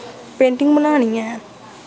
painting बनानी ऐ